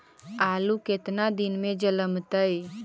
आलू केतना दिन में जलमतइ?